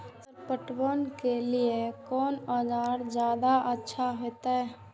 Sir पटवन के लीऐ कोन औजार ज्यादा अच्छा होते?